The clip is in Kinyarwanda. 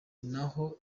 naho